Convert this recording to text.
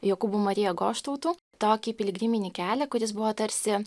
jokūbu marija goštautu tokį piligriminį kelią kuris buvo tarsi